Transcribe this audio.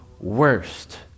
worst